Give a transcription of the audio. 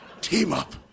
Team-up